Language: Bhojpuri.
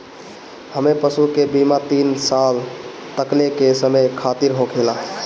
इमें पशु के बीमा तीन साल तकले के समय खातिरा होखेला